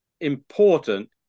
important